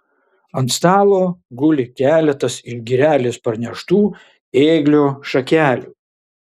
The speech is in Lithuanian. ant stalo guli keletas iš girelės parneštų ėglio šakelių